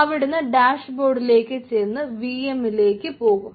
അവിടുന്ന് ഡാഷ്ബോർഡിലേക്ക് ചെന്നു വിഎമ്മിലേക്ക് പോകും